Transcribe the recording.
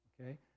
okay